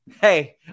hey